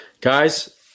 guys